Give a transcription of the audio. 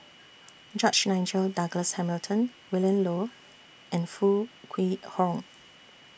George Nigel Douglas Hamilton Willin Low and Foo Kwee Horng